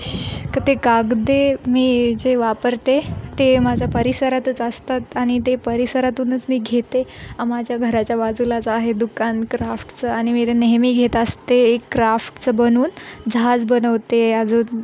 shoe ते कागद मी जे वापरते ते माझा परिसरातच असतात आणि ते परिसरातूनच मी घेते माझ्या घराच्या बाजूलाच आहे दुकान क्राफ्ट्चं आणि मी ते नेहमी घेत असते एक क्राफ्टचं बनवून जहाज बनवते अजून